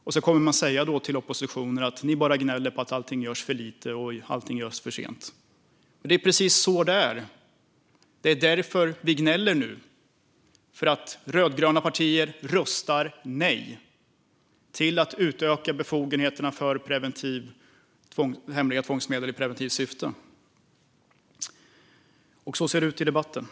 Man kommer att säga till oppositionen att de bara gnäller på att allt görs för lite och för sent. Det är precis så det är: Vi gnäller för att rödgröna partier röstar nej till att utöka befogenheterna att använda hemliga tvångsmedel i preventivt syfte. Så ser det ut i debatten.